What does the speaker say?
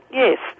yes